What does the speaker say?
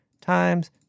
times